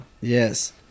Yes